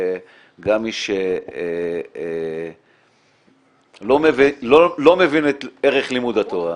למי שלא מבין את ערך לימוד התורה,